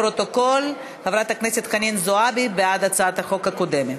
לפרוטוקול: חברת הכנסת חנין זועבי בעד הצעת החוק הקודמת.